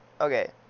okay